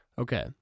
Okay